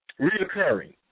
Reoccurring